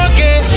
Okay